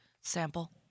sample